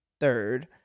third